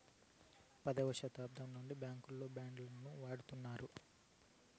పదైదవ శతాబ్దం నుండి బ్యాంకుల్లో బాండ్ ను వాడుతున్నారు